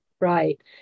right